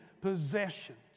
possessions